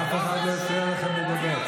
אף אחד לא הפריע לכם לדבר.